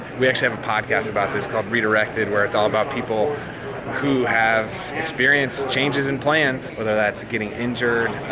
we actually have a podcast about this called redirected, where it's all about people who have experienced changes and plans. whether that's getting injured,